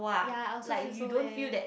ya I also feel so eh